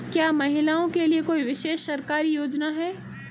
क्या महिलाओं के लिए कोई विशेष सरकारी योजना है?